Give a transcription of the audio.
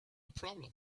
problem